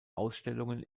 ausstellungen